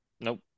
Nope